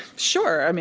sure, um